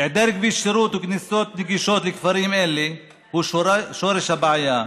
היעדר כביש שירות וכניסות נגישות לכפרים האלה הוא שורש הבעיה.